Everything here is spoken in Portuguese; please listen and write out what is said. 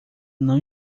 não